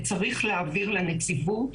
צריך להעביר לנציבות.